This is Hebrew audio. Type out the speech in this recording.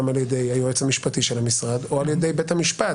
על ידי היועץ המשפטי של המשרד או על ידי בית המשפט.